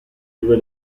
due